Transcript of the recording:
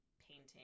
painting